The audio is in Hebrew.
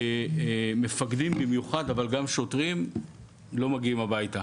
מפקדים במיוחד אבל גם שוטרים לא מגיעים הביתה,